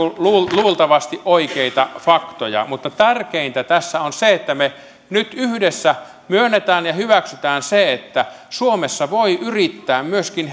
luultavasti oikeita faktoja mutta tärkeintä tässä on se että me nyt yhdessä myönnämme ja hyväksymme sen että suomessa voi yrittää myöskin